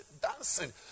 dancing